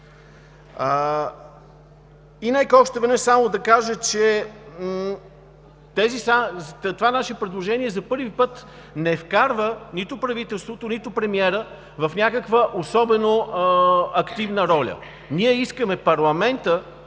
И нека още веднъж да кажа, че това наше предложение за първи път не вкарва нито правителството, нито премиера в някаква особено активна роля. Ние искаме парламентът